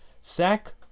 sack